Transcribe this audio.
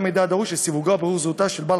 גם מידע הדרוש לסיווגה ובירור זהותו של בעל